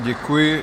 Děkuji.